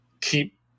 keep